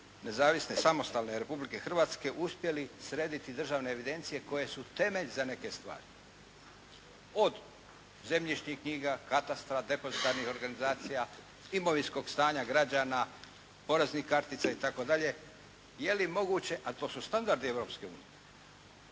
nezavisne samostalne Republike Hrvatske uspjeli srediti državne evidencije koje su temelj za neke stvari. Od zemljišnih knjiga, katastra, depozitarnih organizacija, imovinskog stanja građana, poreznih kartica itd. Je li moguće, a to su standardi Europske unije.